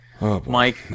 Mike